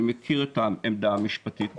אני מכיר את העמדה המשפטית בתחום,